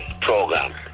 program